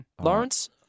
Lawrence